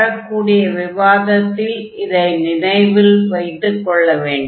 வரக்கூடிய விவாதத்தில் இதை நினைவில் வைத்துக் கொள்ள வேண்டும்